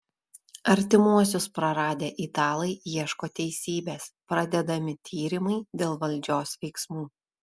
artimuosius praradę italai ieško teisybės pradedami tyrimai dėl valdžios veiksmų